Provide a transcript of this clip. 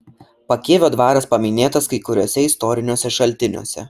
pakėvio dvaras paminėtas kai kuriuose istoriniuose šaltiniuose